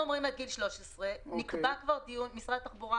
אנחנו אומרים עד גיל 13. נקבע דיון במשרד התחבורה